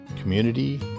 community